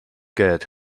get